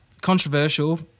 controversial